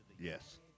Yes